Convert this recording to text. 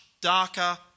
darker